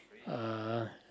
uh